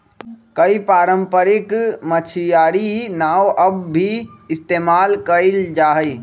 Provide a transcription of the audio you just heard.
कई पारम्परिक मछियारी नाव अब भी इस्तेमाल कइल जाहई